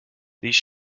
these